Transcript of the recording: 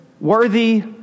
worthy